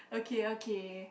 okay okay